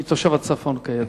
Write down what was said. אני תושב הצפון, כידוע.